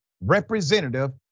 Representative